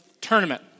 tournament